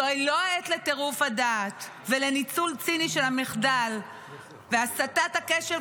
זוהי לא העת לטירוף הדעת ולניצול ציני של המחדל והסטת הקשב